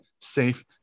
safe